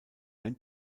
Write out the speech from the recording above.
ein